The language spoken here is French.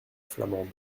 flamande